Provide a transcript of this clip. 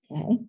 Okay